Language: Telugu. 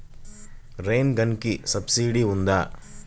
రైన్ గన్కి సబ్సిడీ ఉందా?